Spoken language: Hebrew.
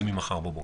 זה ממחר בבוקר.